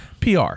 PR